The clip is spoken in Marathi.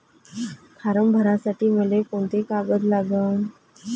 फारम भरासाठी मले कोंते कागद लागन?